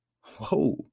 Whoa